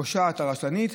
הפושעת הרשלנית,